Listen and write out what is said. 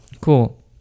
cool